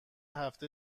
هفته